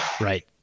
Right